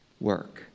work